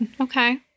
Okay